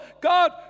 God